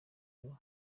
iyo